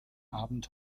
abend